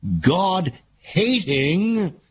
God-hating